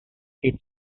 its